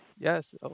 yes